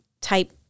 type